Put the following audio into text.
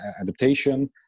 adaptation